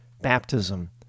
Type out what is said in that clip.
baptism